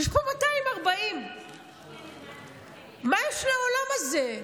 יש פה 240. מה יש לעולם הזה?